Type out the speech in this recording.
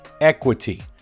equity